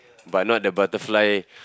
but not the butterfly